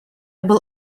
был